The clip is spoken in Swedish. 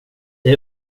det